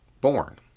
born